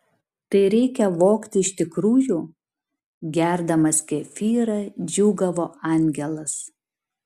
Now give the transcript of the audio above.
tai reikia vogti iš tikrųjų gerdamas kefyrą džiūgavo angelas